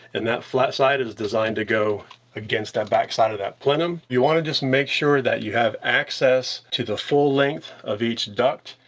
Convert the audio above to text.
and that flat side is designed to go against that backside of that plenum. you wanna just make sure that you have access to the full length of each duct.